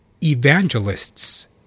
evangelists